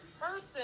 person